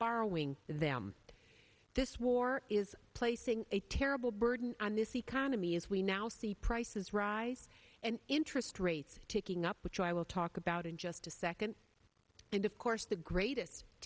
borrowing them this war is placing a terrible burden on this economy as we now see prices rise and interest rates ticking up which i will talk about in just a second and of course the greatest